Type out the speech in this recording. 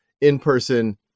in-person